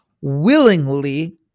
willingly